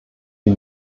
die